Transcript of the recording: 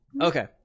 okay